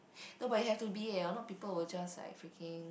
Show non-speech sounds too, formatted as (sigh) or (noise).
(breath) no but you have to be eh or not people will just like freaking